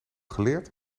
geleerd